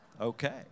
Okay